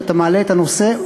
שאתה מעלה את הנושא,